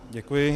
Děkuji.